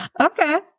Okay